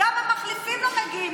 גם המחליפים לא מגיעים.